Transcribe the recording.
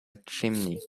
chimney